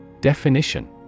Definition